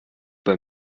bei